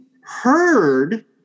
heard